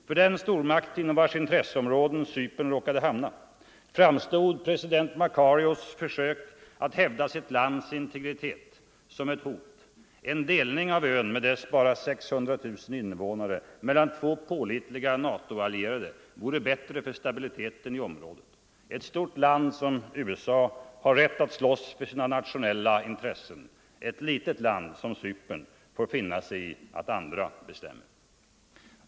För den stormakt, inom vars intresseområde Cypern råkat hamna, framstod president Makarios” försök att hävda sitt lands integritet som ett hot. En delning av ön med dess bara 600 000 invånare mellan två pålitliga NATO-allierade vore bättre för stabiliteten i området. Ett stort land som USA har rätt att slåss för sina nationella intressen, ett litet land som Cypern får finna sig i att andra bestämmer.